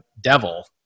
Devil